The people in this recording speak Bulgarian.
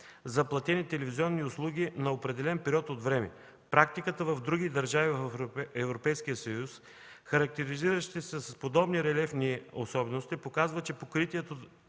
за платени телевизионни услуги на определен период от време. Практиката в други държави в Европейския съюз, характеризиращи се с подобни релефни особености, показва, че покритието